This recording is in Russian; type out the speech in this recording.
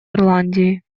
ирландии